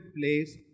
place